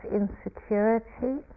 insecurity